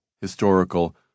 historical